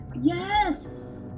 Yes